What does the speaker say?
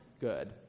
good